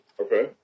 Okay